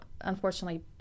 unfortunately